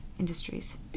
industries